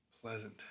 pleasant